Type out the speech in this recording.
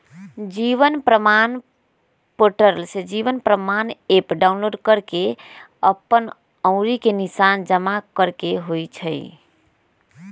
जीवन प्रमाण पोर्टल से Jeevan Pramaan app download कऽ के अप्पन अँउरी के निशान जमा करेके होइ छइ